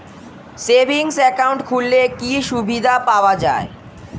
Savings account খুললে কি সুবিধা পাওয়া যায়?